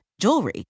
jewelry